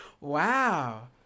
Wow